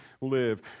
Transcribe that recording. live